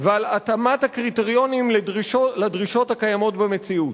ועל התאמת הקריטריונים לדרישות הקיימות במציאות.